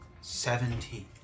Seventy